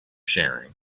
sharing